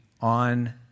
on